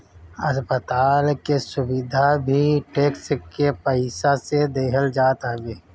अस्पताल के सुविधा भी टेक्स के पईसा से देहल जात हवे